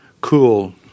cool